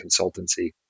consultancy